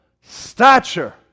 stature